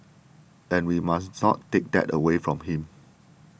and we must not take that away from him